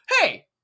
hey